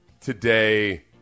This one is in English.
today